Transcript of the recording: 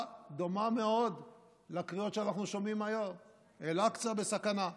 דומה מאוד לקריאות שאנחנו שומעים היום: "אל-אקצא בסכנה"